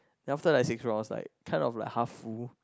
then after the six rounds like kind of like half full